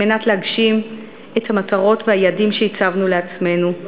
על מנת להגשים את המטרות והיעדים שהצבנו לעצמנו,